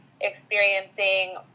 experiencing